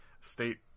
state